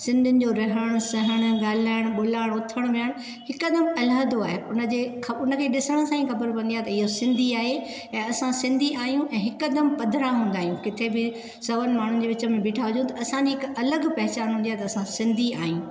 सिंधिनि जो रहणु सहणु ॻाल्हाइणु ॿोल्हाइणु उथणु वीहणु हिकु दमु अलहदो आहे उन जे उन खे ॾिसण सां ई ख़बर पवंदी आहे त इहो सिंधी आहे ऐं असां सिंधी आहियूं ऐ हिक दमु पधरा हूंदा आहियूं किथे बि सवनि माण्हुनि जे विच में बिठा हुजूं त असां जी हिक अलॻि पहिचान हूंदी आहे त असां सिन्धी आहियूं